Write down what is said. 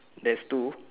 there's two